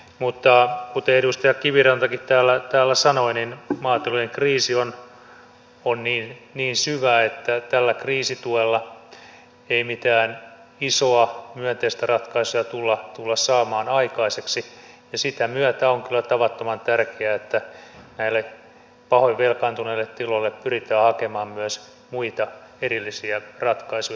mutta kuten edustaja kivirantakin täällä sanoi maatilojen kriisi on niin syvä että tällä kriisituella ei mitään isoa myönteistä ratkaisua tulla saamaan aikaiseksi ja sen myötä on kyllä tavattoman tärkeää että näille pahoin velkaantuneille tiloille pyritään hakemaan myös muita erillisiä ratkaisuja jatkossa